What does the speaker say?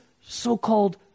so-called